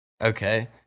Okay